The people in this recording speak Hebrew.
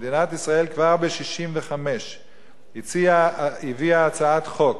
כשמדינת ישראל כבר ב-1965 הביאה הצעת חוק